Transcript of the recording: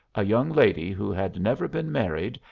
a young lady who had never been married,